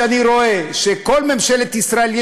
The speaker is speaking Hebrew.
כשאני רואה שכל ממשלת ישראל,